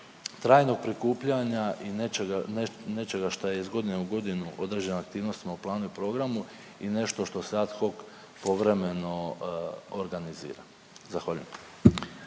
trajnog prikupljanja i nečega šta je iz godine u godinu određena aktivnost u planu i programu i nešto što se ad hoc povremeno organizira. Zahvaljujem.